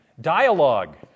Dialogue